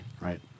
right